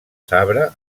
sabre